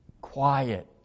Quiet